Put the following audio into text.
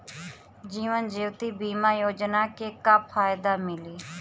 जीवन ज्योति बीमा योजना के का फायदा मिली?